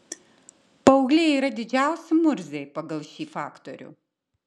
paaugliai yra didžiausi murziai pagal šį faktorių